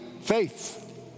faith